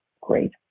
great